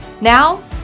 Now